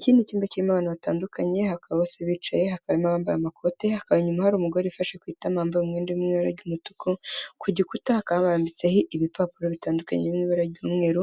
Iki ni cyumba kirimo abantu batandukanye, hakaba bose bicaye, hakaba harimo abambaye amakoti, hakaba inyuma hari umugore ufashe ku itama wambaye umwenda uri mu ibara ry'umutuku, ku gikuta hakaba habambitseho ibipapuro bitandukanye biri mu ibara ry'umweru,